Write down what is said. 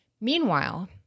Meanwhile